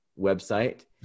website